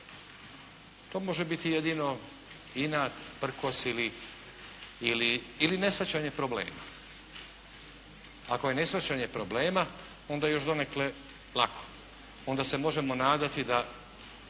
To može biti jedino inat, prkos ili neshvaćanje problema. Ako je neshvaćanje problema, onda je još donekle lako. Onda se možemo nadati da,